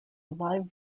live